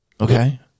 okay